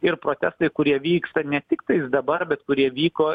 ir protestai kurie vyksta ne tiktais dabar bet kurie vyko